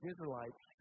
Israelites